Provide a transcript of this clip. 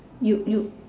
you you